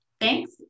Thanks